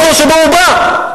מהמקום שממנו הוא בא.